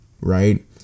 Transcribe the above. right